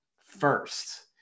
first